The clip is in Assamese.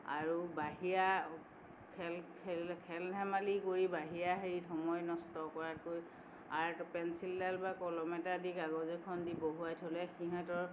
আৰু বাহিৰা খেল খেল খেল ধেমালি কৰি বাহিৰা হেৰিত সময় নষ্ট কৰাতকৈ আৰ্ট বা পেঞ্চিলডাল কলম এটা দি কাগজ এখন দি বহুৱাই থৈ দিলে সিহঁতৰ